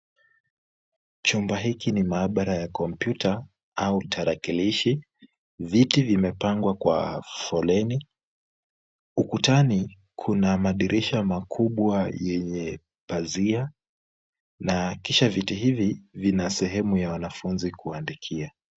Chumba hiki ni maabara ya kompyuta au tarakilishi. Viti vimepangwa kwa foleni. Ukutani kuna madirisha makubwa yenye pazia na kisha viti hivi vina sehemu ya wanafunzi kuandikia.